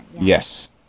yes